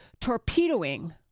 torpedoing